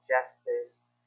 justice